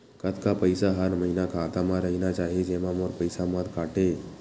कतका पईसा हर महीना खाता मा रहिना चाही जेमा मोर पईसा मत काटे?